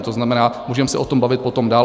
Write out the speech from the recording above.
To znamená, můžeme se o tom bavit potom dál.